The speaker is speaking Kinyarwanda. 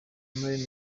maine